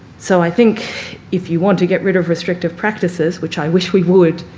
so i think if you want to get rid of restrictive practices, which i wish we would,